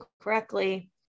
correctly